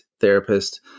therapist